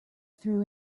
threw